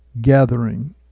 gathering